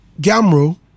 Gamro